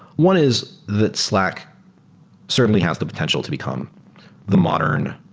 one is that slack certainly has the potential to become the modern,